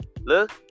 Look